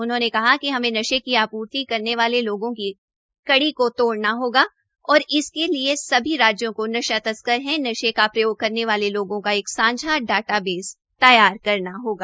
उन्होंने कहा कि हमें नशे की आपूर्ति करने वाले लोगों की कड़ी को तोडऩा होगा है और इसके सभी राज्यों को नशा तस्कर है नशे का प्रयोग करने वाले लोगों का एक सांझा डाटाबेस तैयार करना होगा